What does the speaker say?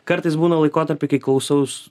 kartais būna laikotarpių kai klausaus